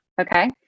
Okay